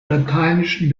lateinischen